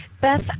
Beth